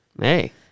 Hey